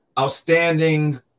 outstanding